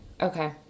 Okay